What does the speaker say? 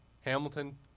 Hamilton